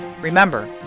Remember